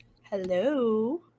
Hello